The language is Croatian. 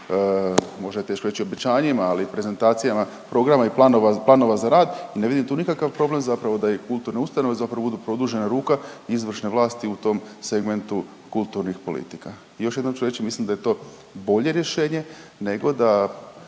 možda je teško reći obećanjima, ali prezentacijama programa i planova za rad i ne vidim tu nikakav problem da i kulturne ustanove zapravo budu produžena ruka izvršne vlasti u tom segmentu kulturnih politika. Još jednom ću reći mislim da je to bolje rješenje nego da